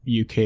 UK